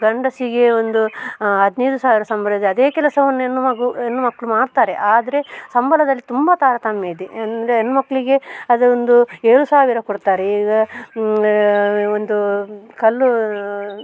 ಗಂಡಸಿಗೆ ಒಂದು ಹದಿನೈದು ಸಾವಿರ ಸಂಬಳ ಇದ್ದರೆ ಅದೇ ಕೆಲಸವನ್ನು ಹೆಣ್ಣು ಮಗು ಹೆಣ್ಣು ಮಕ್ಕಳು ಮಾಡ್ತಾರೆ ಆದರೆ ಸಂಬಳದಲ್ಲಿ ತುಂಬ ತಾರತಮ್ಯ ಇದೆ ಅಂದರೆ ಹೆಣ್ಮಕ್ಳಿಗೆ ಅದರಲ್ಲೊಂದು ಏಳು ಸಾವಿರ ಕೊಡ್ತಾರೆ ಈಗ ಒಂದು ಕಲ್ಲು